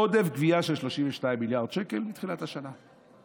עודף גבייה של 32 מיליארד שקל מתחילת השנה.